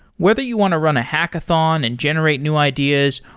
whether you want to run a hackathon and generate new ideas,